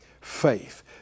faith